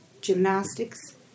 gymnastics